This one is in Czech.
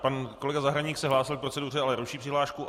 Pan kolega Zahradník se hlásil k proceduře, ale ruší přihlášku.